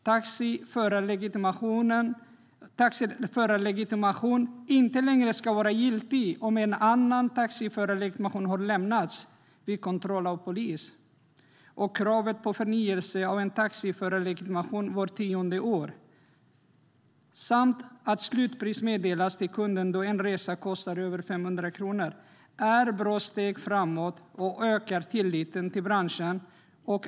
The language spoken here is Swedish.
Taxiförarlegitimation ska inte längre vara giltig om en annan taxiförarlegitimation har lämnats vid kontroll av polis. Det blir krav på förnyelse av en taxiförarlegitimation vart tionde år. Slutpris ska meddelas kunden då en resa kostar över 500 kronor. Allt detta är bra steg framåt som ökar tilliten till branschen.